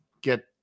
get